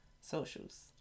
socials